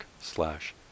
slash